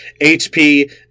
HP